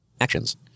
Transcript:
Actions